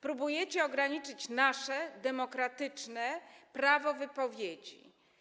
Próbujecie ograniczyć nasze demokratyczne prawo wypowiedzi.